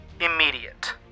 Immediate